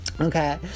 Okay